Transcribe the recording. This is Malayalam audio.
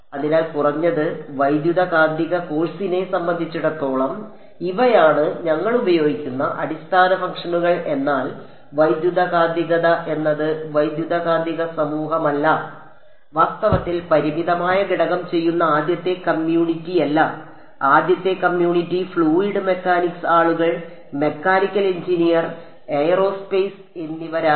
അതിനാൽ കുറഞ്ഞത് വൈദ്യുതകാന്തിക കോഴ്സിനെ സംബന്ധിച്ചിടത്തോളം ഇവയാണ് ഞങ്ങൾ ഉപയോഗിക്കുന്ന അടിസ്ഥാന ഫംഗ്ഷനുകൾ എന്നാൽ വൈദ്യുതകാന്തികത എന്നത് വൈദ്യുതകാന്തിക സമൂഹമല്ല വാസ്തവത്തിൽ പരിമിതമായ ഘടകം ചെയ്യുന്ന ആദ്യത്തെ കമ്മ്യൂണിറ്റിയല്ല ആദ്യത്തെ കമ്മ്യൂണിറ്റി ഫ്ലൂയിഡ് മെക്കാനിക്സ് ആളുകൾ മെക്കാനിക്കൽ എഞ്ചിനീയർ എയറോസ്പേസ് എന്നിവരായിരുന്നു